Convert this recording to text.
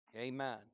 Amen